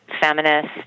feminist